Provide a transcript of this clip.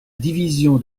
division